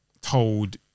told